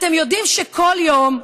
אתם יודעים שכל יום,